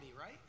right